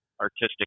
artistic